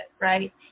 Right